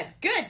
Good